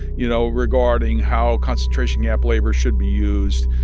you know, regarding how concentration camp labor should be used.